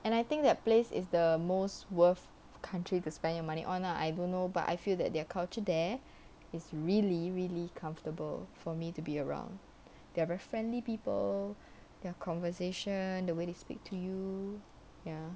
and I think that place is the most worth country to spend your money on lah I don't know but I feel that their culture there is really really comfortable for me to be around they are very friendly people their conversation the way they speak to you ya